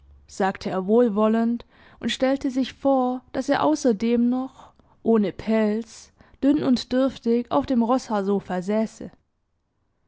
sagte er wohlwollend und stellte sich vor daß er außerdem noch ohne pelz dünn und dürftig auf dem roßhaarsofa säße